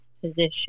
position